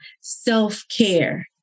self-care